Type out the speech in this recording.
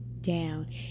down